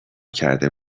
کرده